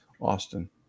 Austin